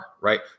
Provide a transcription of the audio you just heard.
right